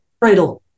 Cradle